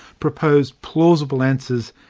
propose plausible answers,